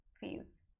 fees